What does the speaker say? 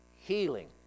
healing